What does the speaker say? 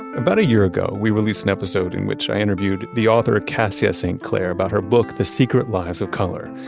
about a year ago, we released an episode in which i interviewed the author, kassia st. clair, about her book, the secret lives of color.